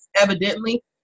evidently